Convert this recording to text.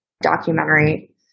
documentary